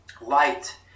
light